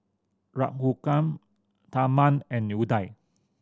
Raghuram Tharman and Udai